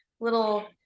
little